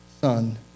Son